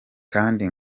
kandi